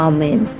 Amen